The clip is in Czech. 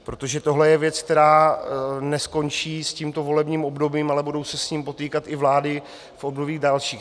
Protože tohle je věc, která neskončí s tímto volebním obdobím, ale budou se s ním potýkat i vlády v obdobích dalších.